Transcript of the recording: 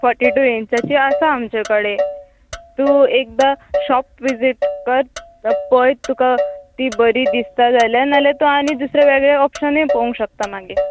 forty two इंचाची आसा आमचे कडेन तूं एकदां शॉप विजीट कर पळय तुका ती बरी दिसता जाल्यार ना जाल्यार तूं आनी दुसरे वेगळे ऑप्शनूय पळोवूंक शकता मागीर